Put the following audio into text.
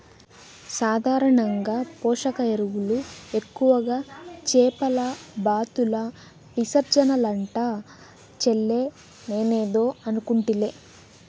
సాధారణంగా పోషక ఎరువులు ఎక్కువగా చేపల బాతుల విసర్జనలంట చెల్లే నేనేదో అనుకుంటిలే